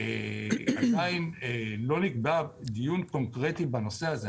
ועדיין לא נקבע דיון קונקרטי בנושא הזה.